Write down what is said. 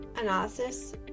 analysis